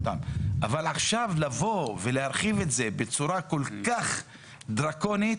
עכשיו לבוא ולהרחיב את זה בצורה כל כך דרקונית,